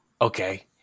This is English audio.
okay